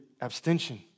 abstention